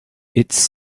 its